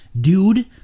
dude